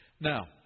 Now